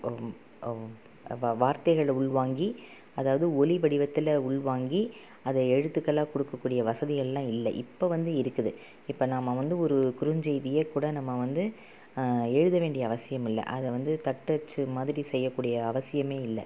வார்த்தைகளை உள்வாங்கி அதாவது ஒலி வடிவத்தில் உள்வாங்கி அதை எழுத்துக்களாக கொடுக்க கூடிய வசதிகள்லாம் இல்லை இப்போ வந்து இருக்குது இப்போ நாம் வந்து ஒரு குறுஞ்செய்தியே கூட நம்ம வந்து எழுத வேண்டிய அவசியம் இல்லை அதை வந்து தட்டச்சு மாதிரி செய்ய கூடிய அவசியம் இல்லை